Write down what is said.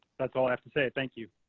that's all i have to say thank you.